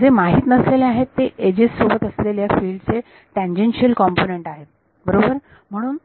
जे माहित नसलेले आहेत ते एजेस सोबत असलेल्या फील्ड चे टॅन्जेनशियल कम्पोनन्ट आहेत बरोबर म्हणून